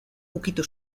ukitu